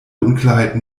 unklarheiten